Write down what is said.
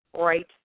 right